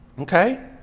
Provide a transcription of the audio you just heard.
Okay